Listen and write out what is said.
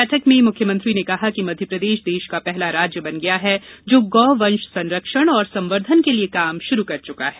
बैठक में मुख्यमंत्री ने कहा कि मध्यप्रदेश देश का पहला राज्य बन गया जो गौ वंश संरक्षण और संवर्धन के लिए काम शुरु कर चुका है